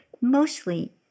mostly